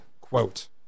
quote